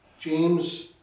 James